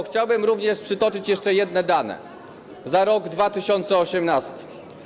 Chciałbym również przytoczyć jeszcze jedne dane za rok 2018.